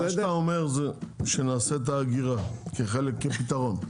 אתה אומר שנעשה את האגירה כחלק מהפתרון.